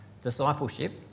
discipleship